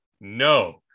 no